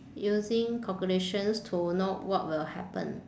using calculations to know what will happen